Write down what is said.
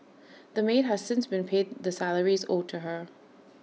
the maid has since been paid the salaries owed to her